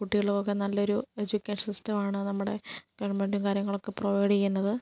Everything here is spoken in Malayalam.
കുട്ടികളും ഒക്കെ നല്ലൊരു എജ്യുക്കേഷൻ സിസ്റ്റമാണ് നമ്മുടെ ഗവൺമെന്റും കാര്യങ്ങളുമൊക്കെ പ്രൊവൈഡ് ചെയ്യുന്നത്